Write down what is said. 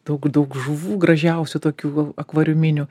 daug daug žuvų gražiausių tokių akvariuminių